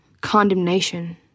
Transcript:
condemnation